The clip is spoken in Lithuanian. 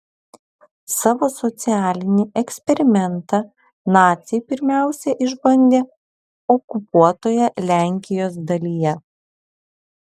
savo socialinį eksperimentą naciai pirmiausia išbandė okupuotoje lenkijos dalyje